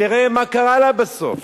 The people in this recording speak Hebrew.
ותראה מה קרה לה בסוף.